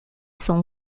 son